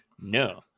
no